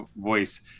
voice